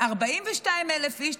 42,000 איש,